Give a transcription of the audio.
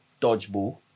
Dodgeball